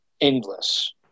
endless